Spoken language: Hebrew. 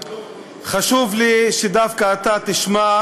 הזאת חייבת להיפסק.